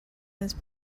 his